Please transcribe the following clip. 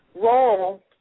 role